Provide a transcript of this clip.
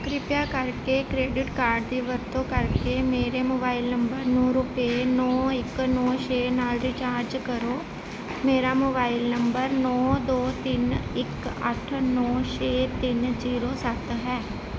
ਕਿਰਪਾ ਕਰਕੇ credit card ਦੀ ਵਰਤੋਂ ਕਰਕੇ ਮੇਰੇ ਮੋਬਾਈਲ ਨੰਬਰ ਨੂੰ ਰੁਪਏ ਨੌਂ ਇੱਕ ਨੌਂ ਛੇ ਨਾਲ ਰੀਚਾਰਜ ਕਰੋ ਮੇਰਾ ਮੋਬਾਈਲ ਨੰਬਰ ਨੌਂ ਦੋ ਤਿੰਨ ਇੱਕ ਅੱਠ ਨੌਂ ਛੇ ਤਿੰਨ ਜ਼ੀਰੋ ਸੱਤ ਹੈ